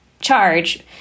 charge